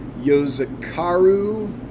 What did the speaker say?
yozakaru